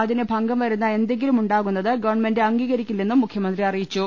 അതിന് ഭംഗം വരുന്ന എന്തെങ്കിലും ഉണ്ടാകുന്നത് ഗവ ണ്മെന്റ് അംഗീകരിക്കില്ലെന്നും മുഖ്യമന്ത്രി അറിയിച്ചു